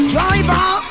Driver